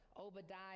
Obadiah